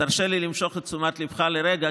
תרשה לי למשוך את תשומת ליבך לרגע,